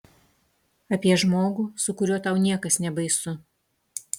apie žmogų su kuriuo tau niekas nebaisu